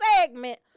segment